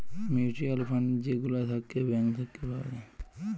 mutual fund যে গুলা থাক্যে ব্যাঙ্ক থাক্যে পাওয়া যায়